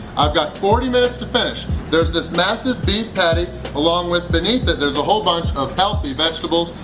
i've got forty minutes to finish there's this massive beef patty along with, beneath it there's a whole bunch of healthy vegetables!